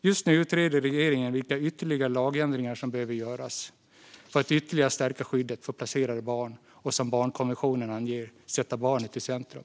Just nu utreder regeringen vilka ytterligare lagförändringar som behöver göras för att stärka skyddet för placerade barn och för att, som barnkonventionen anger, sätta barnet i centrum.